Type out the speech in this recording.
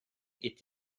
est